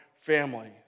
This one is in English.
family